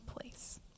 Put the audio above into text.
place